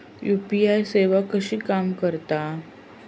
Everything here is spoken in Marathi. यू.पी.आय सेवा कशी काम करता?